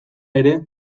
ere